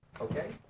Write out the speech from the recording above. okay